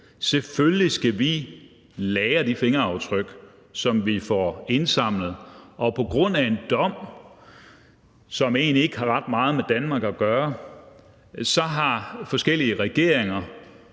selvfølgelig lagre de fingeraftryk, som vi får indsamlet, og på grund af en dom, som egentlig ikke har ret meget med Danmark at gøre, har forskellige regeringer